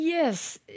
Yes